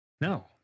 No